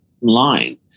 line